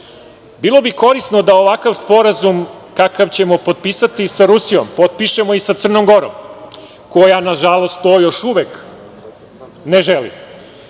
Bilo bi korisno da ovakav sporazum kakav ćemo potpisati sa Rusijom potpišemo i sa Crnom Gorom, koja, nažalost, to još uvek ne želi.